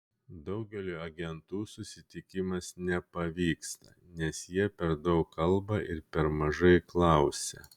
daugeliui agentų susitikimas nepavyksta nes jie per daug kalba ir per mažai klausia